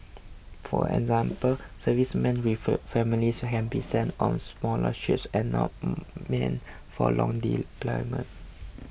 for example servicemen with families can be sent on smaller ships and not meant for long deployments